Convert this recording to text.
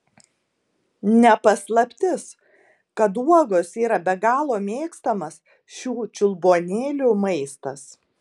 ne paslaptis kad uogos yra be galo mėgstamas šių čiulbuonėlių maistas